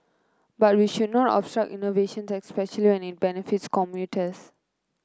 but we should not obstruct innovation especially when it benefits commuters